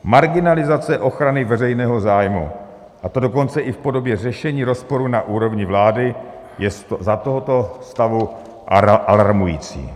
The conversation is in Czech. Marginalizace ochrany veřejného zájmu, a to dokonce i v podobě řešení rozporu na úrovni vlády, je za tohoto stavu alarmující.